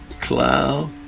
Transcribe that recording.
cloud